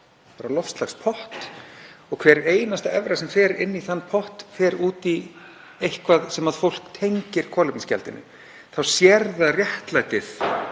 pott, loftslagspott, og hver einasta evra sem fer inn í þann pott fer í eitthvað sem fólk tengir kolefnisgjaldinu. Þá sér fólk réttlætið